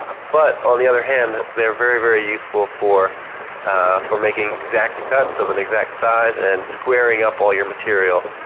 but, on the other hand they are very very useful for for making exact cuts of an exact size and squaring up all your material.